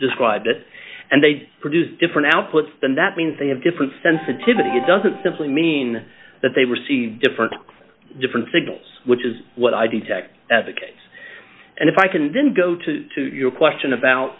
described it and they produce different outputs then that means they have different sensitivity it doesn't simply mean that they receive different different signals which is what i detect as a case and if i can then go to your question about